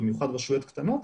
במיוחד לרשויות קטנות,